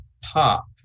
pop